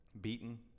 Beaten